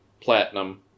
platinum